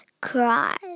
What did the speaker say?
cries